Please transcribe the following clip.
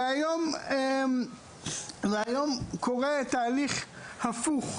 היום קורה תהליך הפוך.